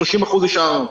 30% השארנו.